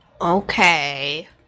Okay